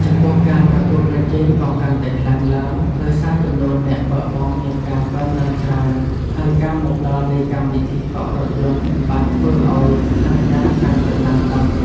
ចំពោះការប្រកួតប្រជែងក៏កាន់តែខ្លាំងឡើង ដោយសារចំនួនអ្នកបើកបរមានការកើនទ្បើងច្រើន ហើយការមកដល់នៃកម្មវិធីកក់រថយន្តបានធ្វើឱ្យស្ថានការណ៍កាន់តែតានតឹង។